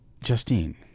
Justine